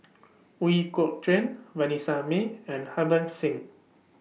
Ooi Kok Chuen Vanessa Mae and Harbans Singh